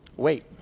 Wait